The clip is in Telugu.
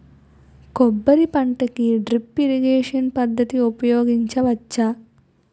కొబ్బరి పంట కి డ్రిప్ ఇరిగేషన్ పద్ధతి ఉపయగించవచ్చా?